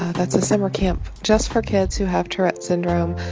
that's a summer camp just for kids who have tourette syndrome.